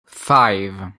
five